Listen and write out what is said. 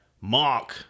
Mark